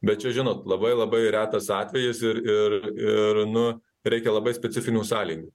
bet čia žinot labai labai retas atvejis ir ir ir nu reikia labai specifinių sąlygų